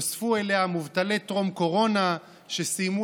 נוספו אליה מובטלי טרום-קורונה שסיימו